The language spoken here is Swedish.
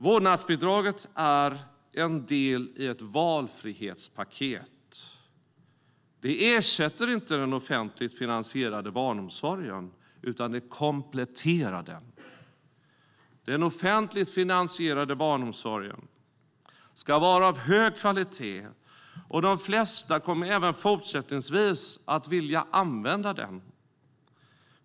Vårdnadsbidraget är en del i ett valfrihetspaket. Vårdnadsbidraget ersätter inte den offentligt finansierade barnomsorgen, utan det kompletterar den. Den offentligt finansierade barnomsorgen ska vara av hög kvalitet och de flesta kommer även fortsättningsvis att vilja använda den.